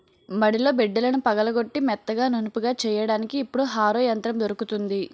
మడిలో బిడ్డలను పగలగొట్టి మెత్తగా నునుపుగా చెయ్యడానికి ఇప్పుడు హరో యంత్రం దొరుకుతుంది